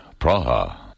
Praha